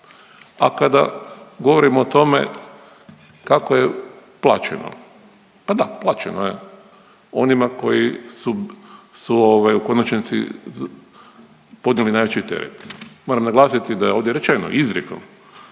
A kada govorimo o tome kako je plaćeno. A da plaćeno je onima koji su ovaj u konačnici podnijeli najveći teret. Moram naglasiti da je ovdje rečeno izrijekom